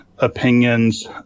Opinions